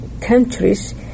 countries